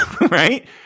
right